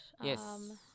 Yes